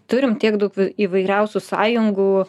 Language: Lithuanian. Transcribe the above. turim tiek daug įvairiausių sąjungų